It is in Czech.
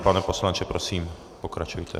Pane poslanče, prosím, pokračujte.